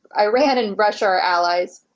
iran and russia are allies.